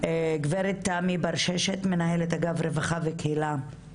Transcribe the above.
גברת תמי ברששת, מנהלת אגף רווחה וקהילה,